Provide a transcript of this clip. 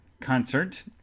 concert